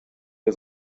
der